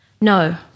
No